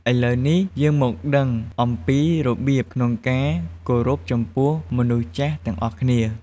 ឥឡូវនេះ យើងមកដឹងអំពីរបៀបក្នុងការគោរពចំពោះមនុស្សចាស់ទាំងអស់គ្នា។